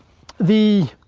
the.